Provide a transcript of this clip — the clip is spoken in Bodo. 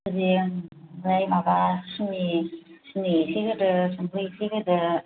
ओमफ्राय माबा सिनि सिनि एसे होदो संख्रि एसे होदो